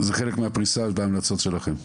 זה חלק מהפריסה בהמלצות שלכם,